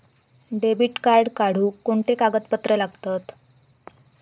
Debit card काढुक कोणते कागदपत्र लागतत?